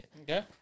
Okay